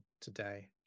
today